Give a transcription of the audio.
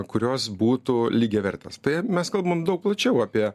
kurios būtų lygiavertės tai mes kalbam daug plačiau apie